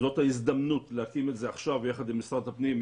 זאת ההזדמנות להקים את זה עכשיו יחד עם משרד הפנים,